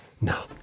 No